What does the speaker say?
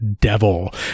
Devil